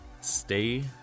stay